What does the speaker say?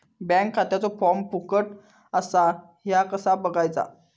Bank खात्याचो form फुकट असा ह्या कसा बगायचा?